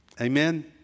Amen